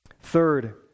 Third